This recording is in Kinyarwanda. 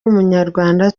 w’umunyarwanda